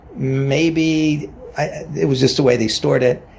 maybe it was just the way they stored it.